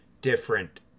different